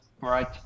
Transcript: right